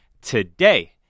today